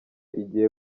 igiye